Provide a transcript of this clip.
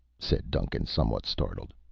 said duncan, somewhat startled,